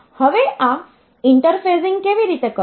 હવે આ ઇન્ટરફેસિંગ કેવી રીતે કરવું